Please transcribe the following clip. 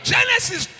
Genesis